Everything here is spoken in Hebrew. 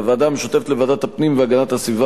בוועדה המשותפת לוועדת הפנים והגנת הסביבה